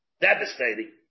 devastating